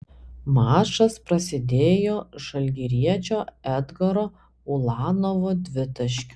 mačas prasidėjo žalgiriečio edgaro ulanovo dvitaškiu